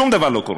שום דבר לא קורה.